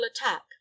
attack